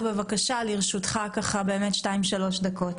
לרשותך שתיים-שלוש דקות.